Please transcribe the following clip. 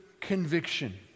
conviction